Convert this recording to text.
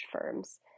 firms